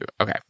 Okay